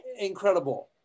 Incredible